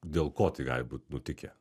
dėl ko tai gali būt nutikę